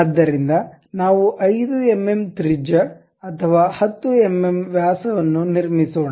ಆದ್ದರಿಂದ ನಾವು 5 ಎಂಎಂ ತ್ರಿಜ್ಯ ಅಥವಾ 10 ಎಂಎಂ ವ್ಯಾಸವನ್ನು ನಿರ್ಮಿಸೋಣ